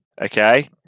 okay